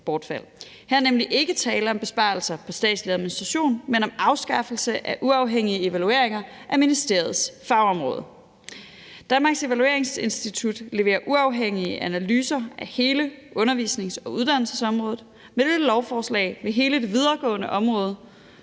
er nemlig ikke tale om besparelser på statslig administration, men om afskaffelse af uafhængige evalueringer af ministeriets fagområde. Danmarks Evalueringsinstitut leverer uafhængige analyser af hele undervisnings- og uddannelsesområdet. Med dette lovforslag vil hele det videregående område